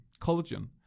collagen